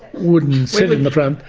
wouldn't sit in the front,